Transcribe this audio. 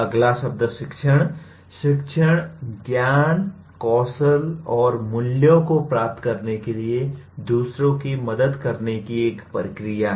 अगला शब्द शिक्षण शिक्षण ज्ञान कौशल और मूल्यों को प्राप्त करने के लिए दूसरों की मदद करने की एक प्रक्रिया है